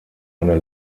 eine